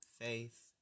faith